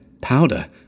powder